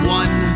one